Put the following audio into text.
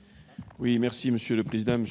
est ainsi libellé : La parole est à M. Henri